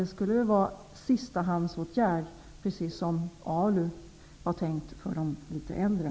Det skulle vara en sistahandsåtgärd, på samma sätt som ALU var tänkt för de litet äldre.